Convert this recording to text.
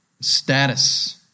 status